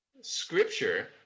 scripture